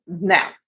Now